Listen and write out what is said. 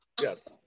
Yes